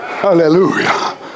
Hallelujah